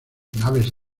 naves